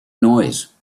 noise